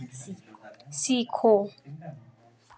सीखो